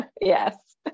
Yes